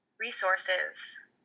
resources